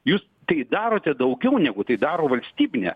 jūs tai darote daugiau negu tai daro valstybinė